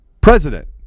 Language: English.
president